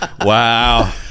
Wow